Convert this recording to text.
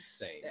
insane